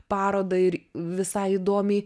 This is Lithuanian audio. parodą ir visai įdomiai